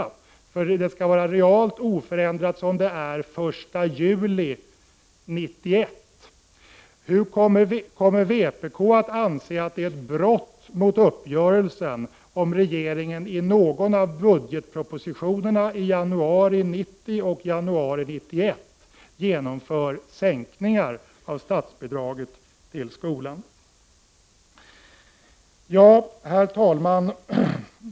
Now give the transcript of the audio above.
Hur kommer vpk — för att statsbidraget skall vara realt 0 örändrat som det är den 1 juli 1991 — att anse att det är ett brott mot uppgö > en om regeringen i någon av budgetpropositionerna i januari 1990 och Jannari 1991 genomför sänkningar av statsbidraget till skolan? Herr talman!